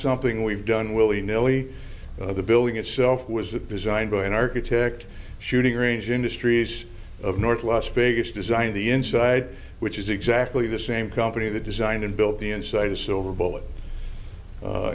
something we've done willy nilly the building itself was that designed by an architect shooting range industries of north las vegas designed the inside which is exactly the same company that designed and built the inside a silver bullet